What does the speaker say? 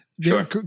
Sure